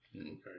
Okay